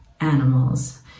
animals